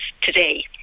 today